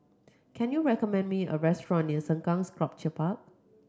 can you recommend me a restaurant near Sengkang Sculpture Park